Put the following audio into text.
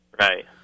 Right